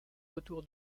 retour